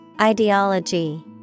Ideology